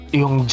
yung